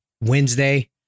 Wednesday